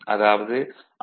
அதாவது r2s x2